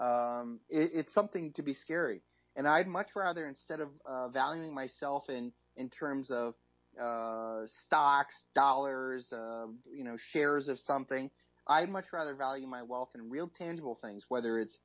it's something to be scary and i'd much rather instead of valuing myself and in terms of stocks dollars you know shares of something i'd much rather value my wealth and real tangible things whether it's